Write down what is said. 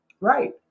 right